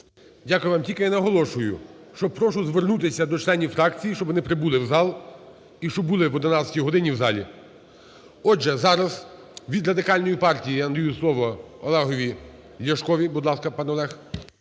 Дякую вам. Тільки наголошую, що прошу звернутися до членів фракції, щоб вони прибули у зал і щоб були об 11 годині у залі. Отже, зараз від Радикальної партії я надаю слово Олегові Ляшкові.